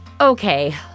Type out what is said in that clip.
Okay